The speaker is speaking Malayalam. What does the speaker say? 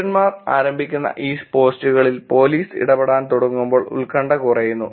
പൌരന്മാർ ആരംഭിക്കുന്ന ഈ പോസ്റ്റുകളിൽ പോലീസ് ഇടപെടാൻ തുടങ്ങുമ്പോൾ ഉത്കണ്ഠ കുറയുന്നു